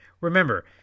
Remember